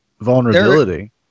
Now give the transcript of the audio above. vulnerability